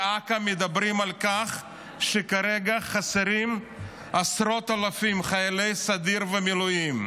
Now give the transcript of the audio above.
באכ"א מדברים על כך שכרגע חסרים עשרות אלפי חיילי סדיר ומילואים.